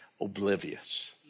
oblivious